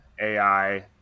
AI